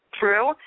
true